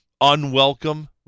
unwelcome